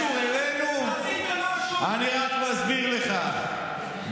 אני רק מסביר לך,